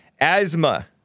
Asthma